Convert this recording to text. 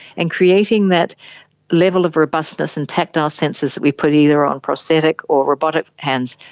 and creating that level of robustness and tactile sensors that we put either on prosthetic or robotic hands,